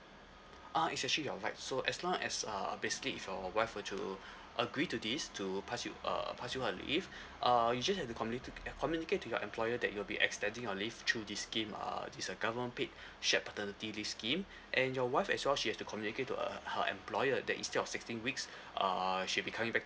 uh it's actually your rights so as long as uh basically if your wife were to agree to this to pass you uh pass you her leave uh you just have to communicate to your employer that you'll be extending your leave through this scheme uh this uh government paid shared paternity leave scheme and your wife as well she has to communicate to uh her employer that instead of sixteen weeks err she'll be coming back